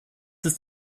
ist